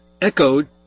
echoed